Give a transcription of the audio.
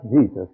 Jesus